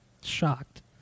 shocked